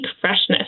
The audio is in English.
freshness